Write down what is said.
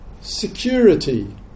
Security